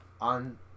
on